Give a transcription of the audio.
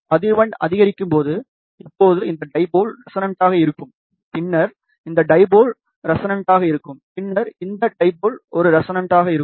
அதிர்வெண் அதிகரிக்கும் போது இப்போது இந்த டைபோல் ரெசனண்டாக இருக்கும் பின்னர் இந்த டைபோல் ரெசனண்டாக இருக்கும் பின்னர் இந்த டைபோல் ஒரு ரெசனண்டாக இருக்கும்